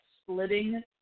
splitting